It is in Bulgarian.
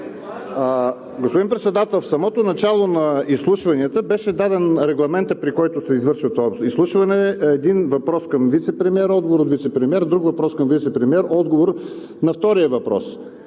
Господин Председател, в самото начало на изслушванията беше даден регламентът, при който се извършва това изслушване – един въпрос към вицепремиер, отговор от вицепремиер; друг въпрос към вицепремиер, отговор на втория въпрос.